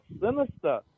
sinister